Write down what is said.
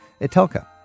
Itelka